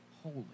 holy